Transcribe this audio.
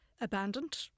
abandoned